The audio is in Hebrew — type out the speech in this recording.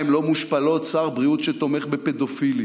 לא מושפלות שר בריאות שתומך בפדופילית,